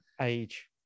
Age